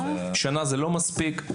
שנה זה לא מספיק.